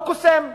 הוא קוסם.